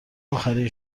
آخرین